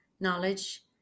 knowledge